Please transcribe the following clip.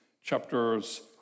chapters